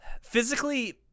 physically